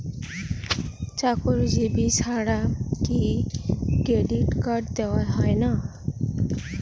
চাকুরীজীবি ছাড়া কি ক্রেডিট কার্ড দেওয়া হয় না?